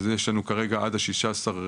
אז יש לנו כרגע עד 16 באפריל,